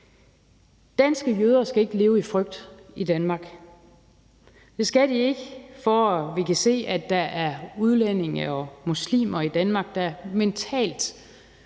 Danske jøder skal ikke leve i frygt i Danmark. Det skal de ikke, for at vi kan se, at der er udlændinge og muslimer i Danmark, der mentalt